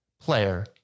player